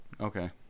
Okay